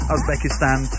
Uzbekistan